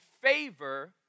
favor